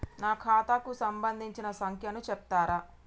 నా ఖాతా కు సంబంధించిన సంఖ్య ను చెప్తరా?